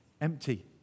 Empty